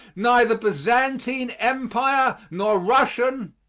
neither byzantine empire nor russian,